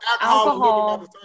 alcohol